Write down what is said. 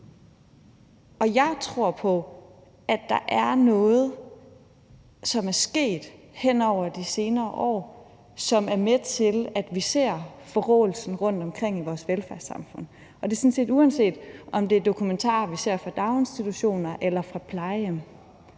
på. Jeg tror på, at der hen over de senere år er sket noget, som er med til, at vi ser forråelsen rundtomkring i vores velfærdssamfund, og det er sådan set, uanset om det er dokumentarer fra daginstitutioner eller fra plejehjem,